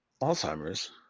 Alzheimer's